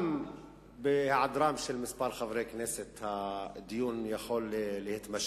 גם בהיעדרם של כמה חברי כנסת הדיון יכול להתמשך,